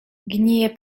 gniję